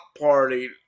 party